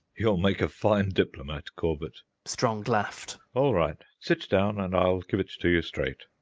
you'll make a fine diplomat, corbett, strong laughed. all right, sit down and i'll give it to you straight.